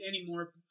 anymore